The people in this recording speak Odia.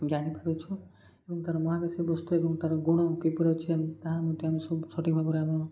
ଜାଣିପାରୁଛୁ ଏବଂ ତା'ର ମହାକାଶୀ ବସ୍ତୁ ଏବଂ ତା'ର ଗୁଣ କିପରି ଅଛି ତାହା ମଧ୍ୟ ଆମେ ସବୁ ସଠିକ୍ ଭାବରେ ଆମର